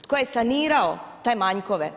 Tko je sanirao te manjkove?